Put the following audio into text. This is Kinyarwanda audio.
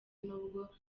nubwo